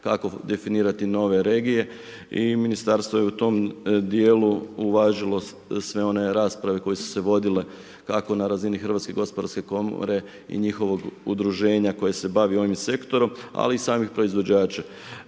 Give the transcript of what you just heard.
kako definirati nove regije i ministarstvo je u tom dijelu, uvažio sve one rasprave koje su se vodile kako na razini HGK i njihovog udruženja koje se bavi ovim sektorom ali i samih proizvođača.